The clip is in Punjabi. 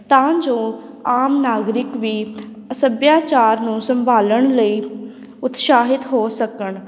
ਤਾਂ ਜੋ ਆਮ ਨਾਗਰਿਕ ਵੀ ਸੱਭਿਆਚਾਰ ਨੂੰ ਸੰਭਾਲਣ ਲਈ ਉਤਸ਼ਾਹਿਤ ਹੋ ਸਕਣ